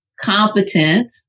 competent